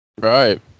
right